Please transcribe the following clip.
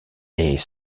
est